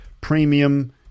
premium